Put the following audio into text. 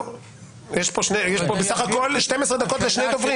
יש 12 דקות לשני דברים.